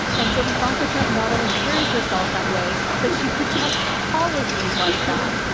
and so ivanka trump not only carries herself that way, but she protects policies like that.